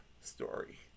story